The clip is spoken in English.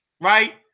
right